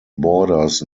borders